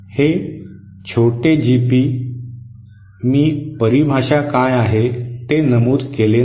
हे छोटे जीपी मी परिभाषा काय आहे ते नमूद केले नाही